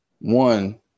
one